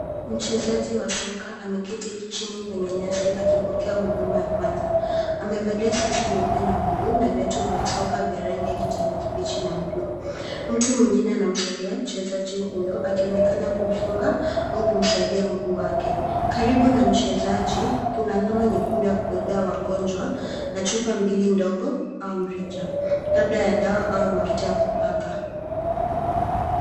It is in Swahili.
Mchezaji wa soka ameketi chini kwenye nyasi akipokea huduma ya kwanza. Amevalia soksi nyeupe na buluu na viatu vya soka vya rangi ya kijani kibichi na buluu. Mtu mwingine anamsaidia mchezaji huyo akionekana kumfunga au kumsaidia mguu wake. Karibu na mchezaji kuna kamba kubwa ya kubebea wagonjwa na chupa mbili ndogo au mrija labda ya dawa au mafuta ya kupaka.